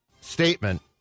statement